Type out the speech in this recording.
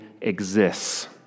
exists